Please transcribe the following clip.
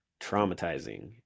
traumatizing